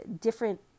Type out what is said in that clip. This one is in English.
different